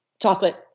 chocolate